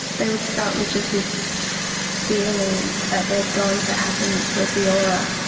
they would start with just this feeling that they are going to happen which was the aura.